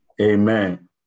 Amen